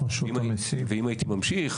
ואם הייתי ממשיך,